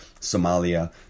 Somalia